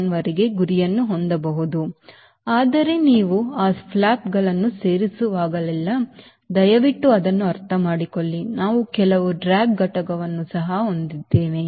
1 ವರೆಗೆ ಗುರಿಯನ್ನು ಹೊಂದಬಹುದು ಆದರೆ ನೀವು ಆ ಫ್ಲಾಪ್ಗಳನ್ನು ಸೇರಿಸುವಾಗಲೆಲ್ಲಾ ದಯವಿಟ್ಟು ಅದನ್ನು ಅರ್ಥಮಾಡಿಕೊಳ್ಳಿ ನಾವು ಕೆಲವು ಡ್ರ್ಯಾಗ್ ಘಟಕವನ್ನು ಸಹ ಹೊಂದಿದ್ದೇವೆ